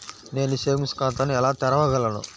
నేను సేవింగ్స్ ఖాతాను ఎలా తెరవగలను?